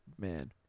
man